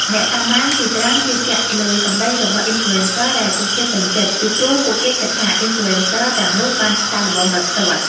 អ្នកតាមដានជាច្រើនជឿជាក់លើសម្ដីរបស់ អុីនផ្លូអេនសឹ ដែលពួកគេពេញចិត្ត ពីព្រោះពួកគេគិតថា អុីនផ្លូអេនសឹ ទាំងនោះបានសាកល្បងដោយផ្ទាល់។